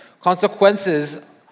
consequences